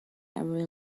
every